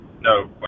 No